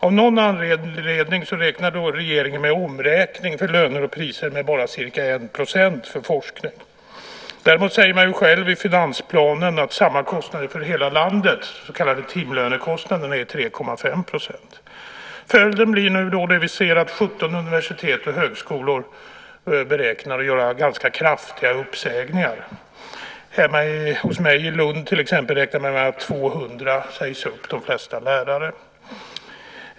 Av någon anledning räknar regeringen med en omräkning av löner och priser med bara ca 1 % för forskning. Däremot säger man i finansplanen att samma kostnader för hela landet, så kallade timlönekostnader, är 3,5 %. Följden är det som vi nu ser, att 17 universitet och högskolor beräknar att göra kraftiga uppsägningar. Hemma hos mig i Lund till exempel räknar man med att 200 sägs upp, de flesta lärare.